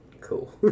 Cool